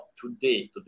today